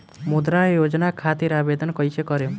मुद्रा योजना खातिर आवेदन कईसे करेम?